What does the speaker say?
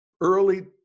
early